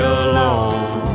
alone